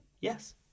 yes